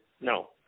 No